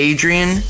Adrian